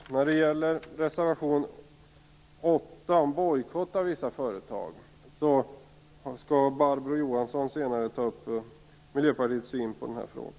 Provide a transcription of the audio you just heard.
Barbro Johansson kommer senare i debatten att ge Miljöpartiets syn på detta med bojkott av vissa företag. Det gäller då reservation 8.